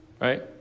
right